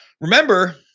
Remember